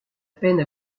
peine